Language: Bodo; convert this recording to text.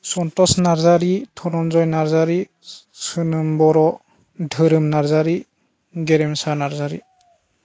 सनथस नार्जारि धननजय नार्जारि सोनोम बर' धोरोम नार्जारि गेरेमसा नार्जारि